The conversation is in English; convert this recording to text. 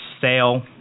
sale